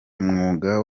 umwuga